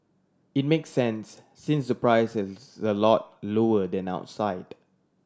it make sense since the price is a lot lower than outside